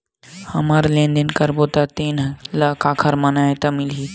हमन लेन देन करबो त तेन ल काखर मान्यता मिलही?